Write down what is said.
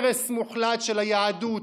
הרס מוחלט של היהדות,